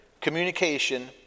communication